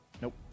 Nope